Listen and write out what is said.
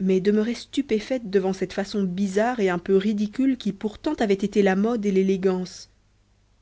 mais demeurait stupéfaite devant cette façon bizarre et un peu ridicule qui pourtant avait été la mode et l'élégance